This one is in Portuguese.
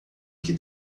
que